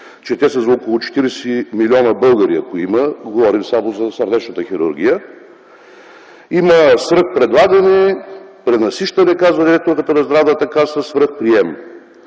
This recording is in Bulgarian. че те са за около 40 милиона българи, ако има – говорим само за сърдечната хирургия. Има свръх предлагане, пренасищане, казва директорката на Здравната каса, свръх прием.